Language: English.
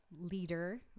leader